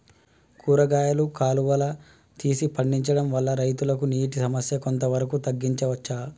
కూరగాయలు కాలువలు తీసి పండించడం వల్ల రైతులకు నీటి సమస్య కొంత వరకు తగ్గించచ్చా?